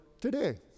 today